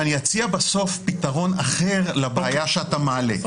ואני אציע בסוף פתרון אחר לבעיה שאתה מעלה.